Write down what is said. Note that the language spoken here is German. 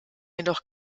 jedoch